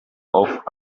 auch